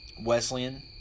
Wesleyan